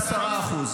ל-10%.